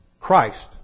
Christ